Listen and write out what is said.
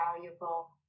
valuable